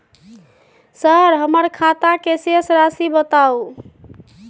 Sir हमर खाता के शेस राशि बताउ?